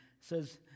says